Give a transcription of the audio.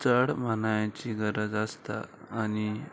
चड मानयाची गरज आसता आनी